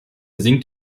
singt